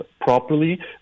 properly